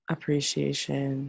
Appreciation